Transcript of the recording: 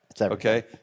Okay